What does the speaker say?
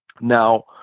Now